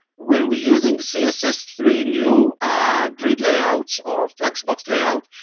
when we're using the c s s three new grid layouts or flexbox layout,